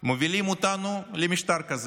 מובילים אותנו למשטר כזה.